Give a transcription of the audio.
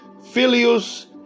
Filius